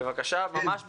ממש בקצרה,